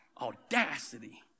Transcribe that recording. Audacity